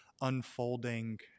unfolding